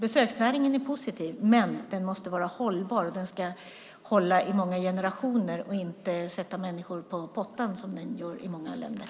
Besöksnäringen är positiv, men den måste vara hållbar. Den ska hålla i många generationer och inte sätta människor på pottkanten, vilket den gör i många länder.